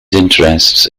interests